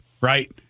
right